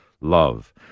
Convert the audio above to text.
love